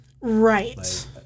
right